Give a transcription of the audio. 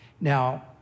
Now